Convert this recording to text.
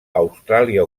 austràlia